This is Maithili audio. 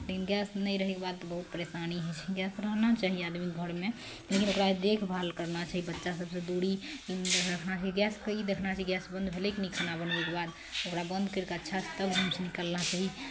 लेकिन गैस नहि रहैके बाद बहुत परेशानी होइ छै गैस रहना चाही आदमीके घरमे लेकिन ओकरा देखभाल करना चाही बच्चा सबसँ दुरी गैसके ई देखना चाही कि गैस बंद भेलै कि नहि खाना बनबैके बाद ओकरा बंद करि कऽ अच्छासँ तब रूमसँ निकलना चाही